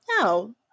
no